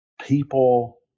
people